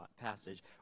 passage